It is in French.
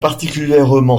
particulièrement